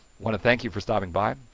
want to thank you for stopping by,